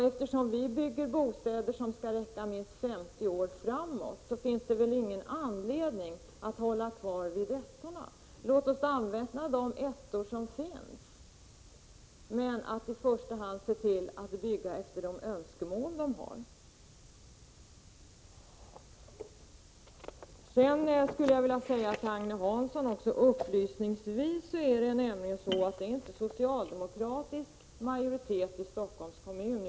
Eftersom vi bygger bostäder som skall användas under minst 50 år, har vi under sådana förhållanden ingen anledning att inrikta oss på ettor. Låt oss använda de ettor som finns, men i första hand bygga nya bostäder i enlighet med ungdomarnas önskemål. För Agne Hansson vill jag upplysningsvis nämna att det inte är en socialdemokratisk utan en borgerlig majoritet i Stockholms kommun.